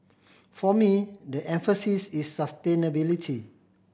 for me the emphasis is sustainability